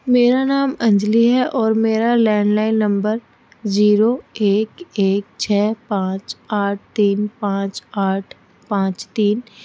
میرا نام انجلی ہے اور میرا لینڈ لائن نمبر زیرو ایک ایک چھ پانچ آٹھ تین پانچ آٹھ پانچ تین